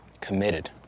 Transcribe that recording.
Committed